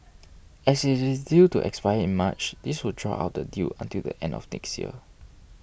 as it is due to expire in March this would draw out the deal until the end of next year